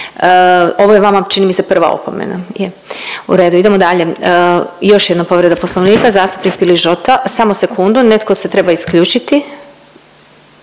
Ovo je vama čini mi se prva opomena. U redu. Idemo dalje. Još jedna povreda Poslovnika zastupnik Piližota. Samo sekundu netko se treba isključiti.